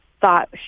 thought